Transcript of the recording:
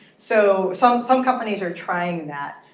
so some some companies are trying that.